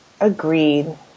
Agreed